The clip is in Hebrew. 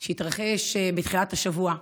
שהתרחש בתחילת השבוע,